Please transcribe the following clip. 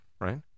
right